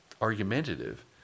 argumentative